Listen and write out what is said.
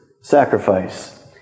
sacrifice